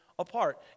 apart